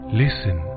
listen